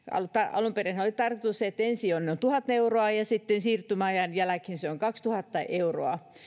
alun perinhän oli tarkoitus että ensin on tuhat euroa ja sitten siirtymäajan jälkeen on kaksituhatta euroa